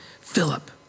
Philip